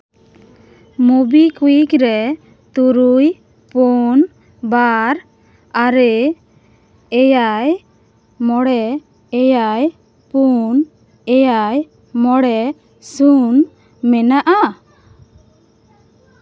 Mobi ᱠᱩᱭᱤᱠ ᱨᱮ ᱛᱩᱨᱩᱭ ᱯᱩᱱ ᱵᱟᱨ ᱟᱨᱮ ᱮᱭᱟᱭ ᱢᱚᱬᱮ ᱮᱭᱟᱭ ᱯᱩᱱ ᱮᱭᱟᱭ ᱢᱚᱬᱮ ᱥᱩᱱ ᱢᱮᱱᱟᱜᱼᱟ